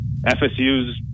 FSU's